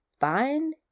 Find